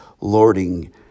lording